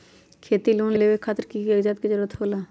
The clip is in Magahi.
खेती लोन लेबे खातिर की की कागजात के जरूरत होला?